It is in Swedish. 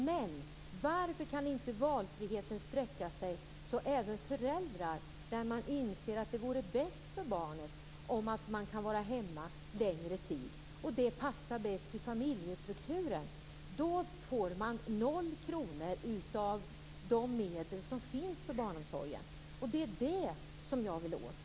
Men varför kan inte valfriheten sträcka sig även till föräldrar som inser att det vore bäst för barnet om man kunde vara hemma längre tid och det skulle passa bäst i familjestrukturen? De får noll kronor av de medel som finns för barnomsorgen. Det är det som jag vill åt.